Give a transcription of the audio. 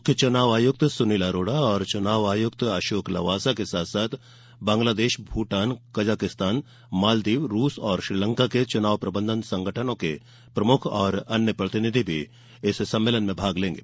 मुख्य चुनाव आयुक्त सुनील अरोड़ा और चुनाव आयुक्त अशोक लवासा के अतिरिक्त बांग्लादेश भूटान कजाख्स्तान मालदीव रूस और श्रीलंका के चुनाव प्रबंधन संगठनों के प्रमुख और अन्य प्रतिनिधि सम्मेलन में भाग लेंगे